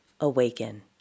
Awaken